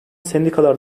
sendikalar